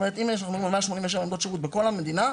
אם אנחנו מדברים על כ-187 עמדות שירות בכל המדינה,